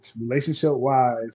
relationship-wise